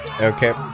Okay